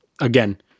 again